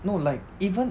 no like even